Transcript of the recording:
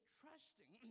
trusting